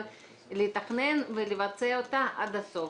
אבל לתכנן ולבצע אותה עד הסוף,